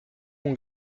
mon